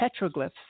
petroglyphs